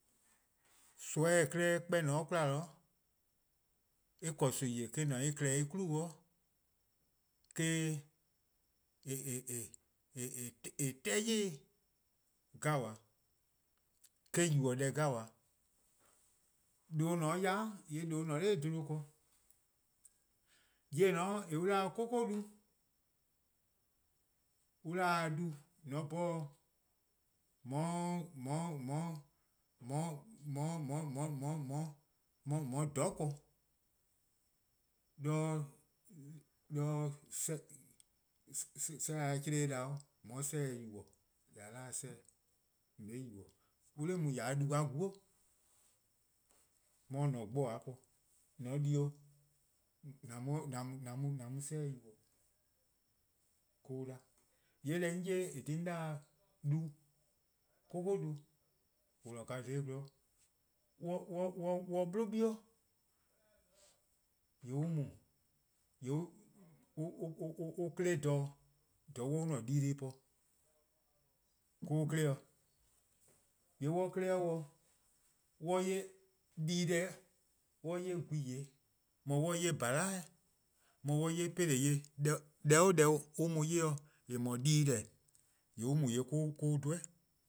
Nimi-a klehkpeh :eh :ne-a 'de 'kwla eh 'ble nimi-eh eh-: :ne 'de en-' klehkpeh klu-' eh-: 'teh 'yli-' 'gabaa, eh-: yubo: deh 'gabaa. :due' :ne 'de yai' :yee' :ne 'nor 'bluhbor:. :yeh :eh :ne-a 'o an 'da-dih-a 'koko'-du, an 'da-dih-a du, :mor :an 'bhorn :on 'ye :dhororn' :korn 'de 'chlee-deh-a 'chle-a 'da, :on 'ye 'chlee-deh yubo:, 'deh :a 'da-dih-a 'chlee-deh :on 'ye-eh yubo: :ya 'de du-a :guo' 'on 'ye 'da :an-a'a: :gboa' po :mor :on di-or :an mu 'chlee-deh yubo: ka on 'da. :yee'deh 'on 'ye-a :eh :korn-a dhih 'de 'on 'da-' du, 'koko' du, :on :ne-a dha gwlor, :mor 'on blu 'bie' :yee' on mu :yee' on 'kle dha-dih :dha on 'ye an-a' dii-deh+ po 'do on 'kle-dih. :yee' :mor on 'kle 'o dih, :mor on 'ye dii-deh, :mor on 'ye gwehn-yor-eh, :mor mor on 'ye :bhala'-eh', :mor mor 'on 'ye 'peleh-buo', deh 'o deh an mu-a 'ye-' :eh no-a dii-deh, :yee' 'de on 'dhu eh